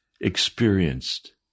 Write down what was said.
experienced